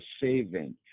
saving